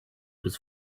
was